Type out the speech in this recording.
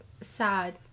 sad